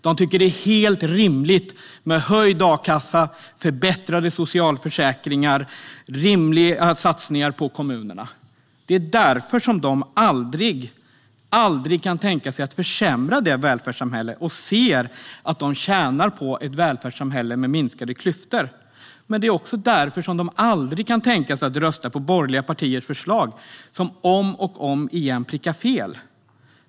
De tycker att det är helt rimligt med höjd a-kassa, förbättrade socialförsäkringar och satsningar på kommunerna. Det är därför de aldrig kan tänka sig att försämra det välfärdssamhället. De ser att de tjänar på ett välfärdssamhälle med minskade klyftor. Men det är också därför de aldrig kan tänka sig att rösta på borgerliga partiers förslag, som om och om igen prickar fel.